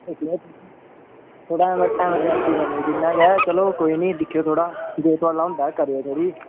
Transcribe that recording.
थोह्ड़ा इंया एमरजेंसी बनी दी ऐ चलो दिक्खेओ थोह्ड़ा इंया जे थुआढ़े कोला होंदा करेओ थोह्ड़ी